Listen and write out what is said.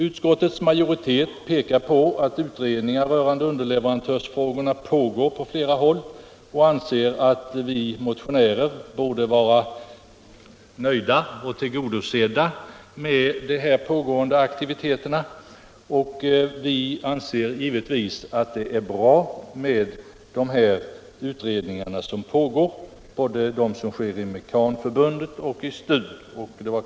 Utskottets majoritet pekar på att utredningar rörande underleverantörsfrågor pågår på flera håll och anser att vi motionärer borde vara nöjda och tillgodosedda genom de pågående aktiviteterna. Vi anser givetvis att det är bra med de utredningar som pågår både inom Mekanförbundet och i STU.